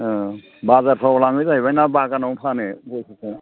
औ बाजारफ्राव लाङो जाहैबाय ना बागानावनो फानो गयफोरखौ